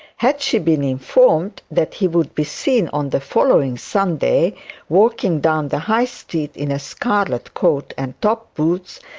had she been informed that he would be seen on the following sunday walking down the high street in a scarlet coat and top-boots,